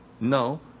No